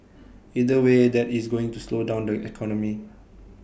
either way that is going to slow down the economy